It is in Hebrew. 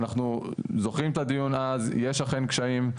אנחנו זוכרים את הדיון יש אכן קשיים,